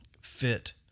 fit